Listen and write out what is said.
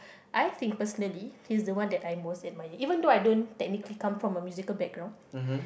I think personally he is the one that I most admire even though I don't technically come from a musical background